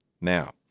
Now